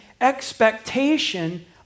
expectation